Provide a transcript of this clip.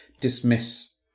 dismiss